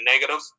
negative